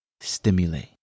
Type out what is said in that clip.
stimulate